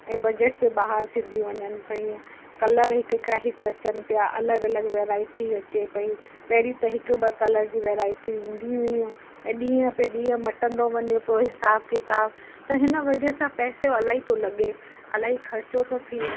ऐं बजट से ॿाहिरि थींदी वञनि पियूं कलर हिक खां हिक अचनि पिया अलॻि अलॻि वैरायटी अचे पई पहिरीं त हिक ॿ कलर जी वैरायटियूं ईंदियूं हुयूं ऐं ॾींहं पियो ॾींहं मटंदो वञे पियो हिसाब किताब त हिन वजह सां पैसो इलाही थो लॻे इलाही ख़र्चो थो थिए